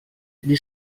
gli